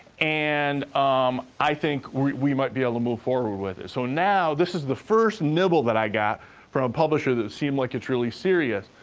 and um i think we might be able to move forward with it. so, now, this is the first nibble that i got from a publisher that seemed like it's really serious.